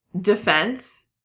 defense